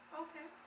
okay